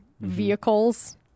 vehicles